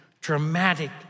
dramatic